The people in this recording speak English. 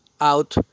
out